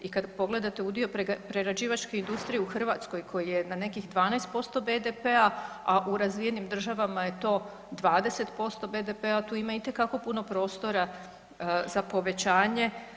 I kad pogledate udio prerađivačke industrije u Hrvatskoj koje na nekih 12% BDP-a a u razvijenim državama je to 20% BDP-a, a tu ima itekako puno prostora za povećanje.